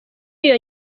iyo